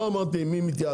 לא אמרתי עם מי מתייעצים.